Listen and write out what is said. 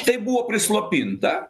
tai buvo prislopinta